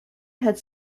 had